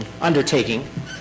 undertaking